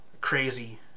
crazy